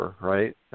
right